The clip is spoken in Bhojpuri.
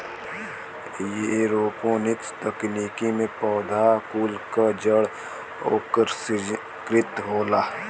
एरोपोनिक्स तकनीकी में पौधा कुल क जड़ ओक्सिजनकृत होला